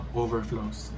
overflows